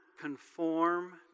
conform